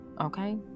okay